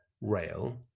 rail